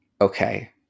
Okay